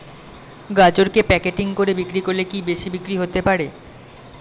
গাজরকে প্যাকেটিং করে বিক্রি করলে কি বেশি বিক্রি হতে পারে?